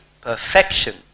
perfection